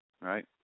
right